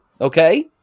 okay